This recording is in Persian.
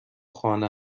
خانه